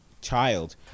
child